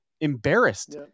embarrassed